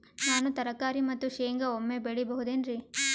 ನಾನು ತರಕಾರಿ ಮತ್ತು ಶೇಂಗಾ ಒಮ್ಮೆ ಬೆಳಿ ಬಹುದೆನರಿ?